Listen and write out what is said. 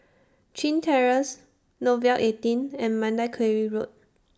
Chin Terrace Nouvel eighteen and Mandai Quarry Road